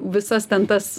visas ten tas